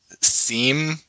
seem